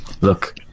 Look